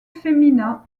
femina